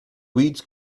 weeds